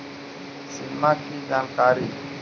सिमा कि जानकारी?